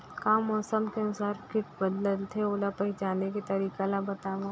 का मौसम के अनुसार किट बदलथे, ओला पहिचाने के तरीका ला बतावव?